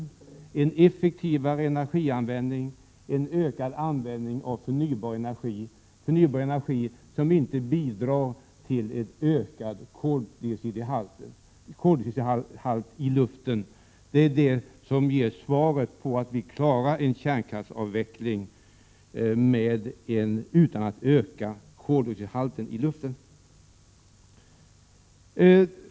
Den innebär en effektivare energianvändning och en ökad användning av förnybar energi, som inte bidrar till ökad koldioxidhalt i luften. Det är detta som ger svaret på att vi klarar en kärnkraftsavveckling utan att öka koldioxidhalten i luften.